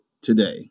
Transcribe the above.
today